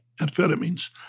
amphetamines